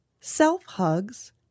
self-hugs